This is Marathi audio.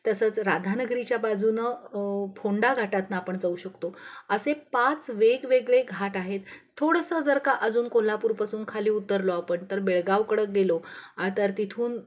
तसंच राधानगरीच्या बाजूनं फोंडा घाटातनं आपण जाऊ शकतो असे पाच वेगवेगळे घाट आहेत थोडंसं जर का अजून कोल्हापूरपासून खाली उतरलो आपण तर बेळगावकडं गेलो तर तिथून